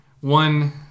One